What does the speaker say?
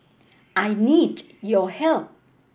I need your help